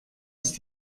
ist